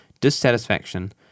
dissatisfaction